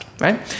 right